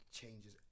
changes